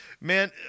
Man